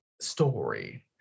story